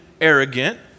arrogant